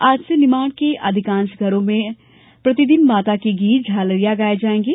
आज से निमाड़ के अधिकांश घरों में प्रतिदिन माता के गीत झालरिया गाए जाएंगे